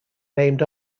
named